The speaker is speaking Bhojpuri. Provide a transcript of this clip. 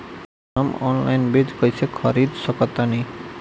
हम ऑनलाइन बीज कईसे खरीद सकतानी?